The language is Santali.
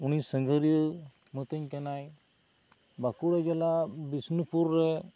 ᱩᱱᱤ ᱥᱟᱸᱜᱷᱟᱹᱨᱤᱭᱟᱭ ᱢᱤᱛᱟᱹᱧ ᱠᱟᱱᱟᱭ ᱵᱟᱸᱠᱩᱲᱟ ᱡᱤᱞᱟ ᱵᱤᱥᱱᱩᱯᱩᱨ ᱨᱮ